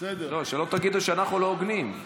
תגידו שאנחנו לא הוגנים.